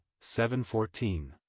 714